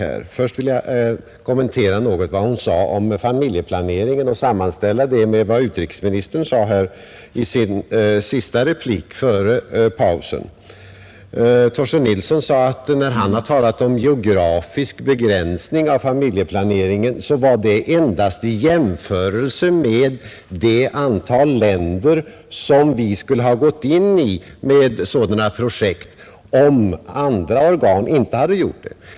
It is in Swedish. Jag vill först något kommentera vad hon sade om familjeplaneringen och sammanställa det med vad utrikesministern sade i sin sista replik före pausen, Herr Torsten Nilsson sade, att när han har talat om geografisk begränsning av familjeplaneringen var det endast i jämförelse med det antal länder som vi skulle ha gått in i med sådana projekt om andra organ inte hade gjort det.